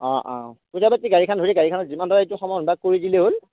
অঁ অঁ পইচা পাতি গাড়ীখন ধৰি গাড়ীখনত যিমান লয় সেইটো সমান ভাগ কৰি দিলে হ'ল